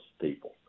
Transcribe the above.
people